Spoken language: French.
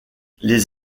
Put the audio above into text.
les